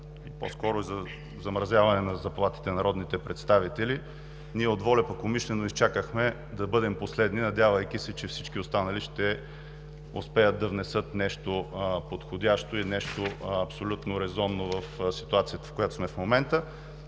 по-скоро за замразяване на заплатите на народните представители. Ние от ВОЛЯ пък умишлено изчакахме да бъдем последни, надявайки се, че всички останали ще успеят да внесат нещо подходящо и нещо абсолютно резонно в ситуацията, в която сме в момента.